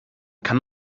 kann